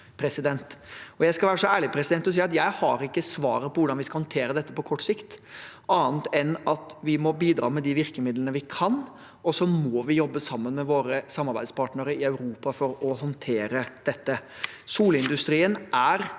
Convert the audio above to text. Jeg skal være så ærlig og si at jeg ikke har svaret på hvordan vi skal håndtere dette på kort sikt, annet enn at vi må bidra med de virkemidlene vi kan, og så må vi jobbe sammen med våre samarbeidspartnere i Europa for å håndtere dette. Solindustrien er